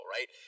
right